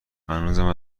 هنوزم